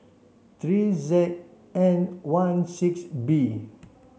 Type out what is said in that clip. three Z N one six B